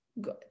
good